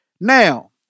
Now